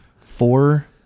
Four